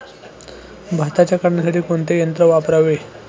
भाताच्या काढणीसाठी कोणते यंत्र वापरावे?